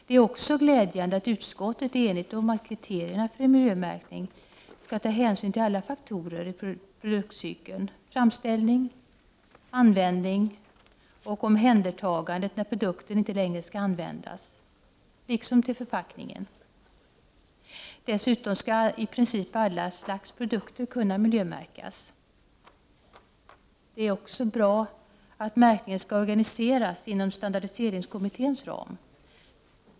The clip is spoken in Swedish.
Det är också glädjande att utskottet är enigt om att kriterierna för miljömärkningen skall ta hänsyn till alla faktorer i produktcykeln: framställning, användning, omhändertagande när produkten inte längre skall användas liksom till förpackningen. Dessutom skall i princip alla slags produkter kunna miljömärkas. Det är också bra att märkningen skall organiseras inom standardiseringskommitténs ram.